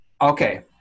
okay